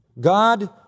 God